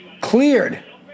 Cleared